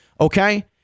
okay